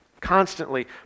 constantly